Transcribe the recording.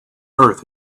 earth